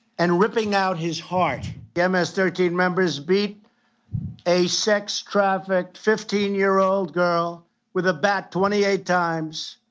and ripping out his heart. yeah ms thirteen members beat a sex traffic fifteen year old girl with a bat twenty eight times,